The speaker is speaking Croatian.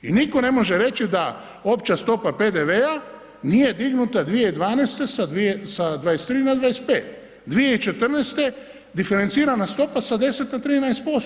I nitko ne može reći da opće stopa PDV-a nije dignuta sa 23 na 25, 2014. diferencirana stopa sa 10 na 13%